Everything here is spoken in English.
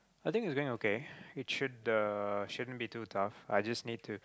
I think it's going okay it should uh shouldn't be too tough I just need to